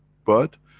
but,